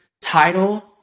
title